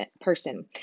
person